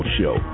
show